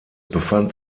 befand